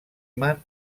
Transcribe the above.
man